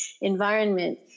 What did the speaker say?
environment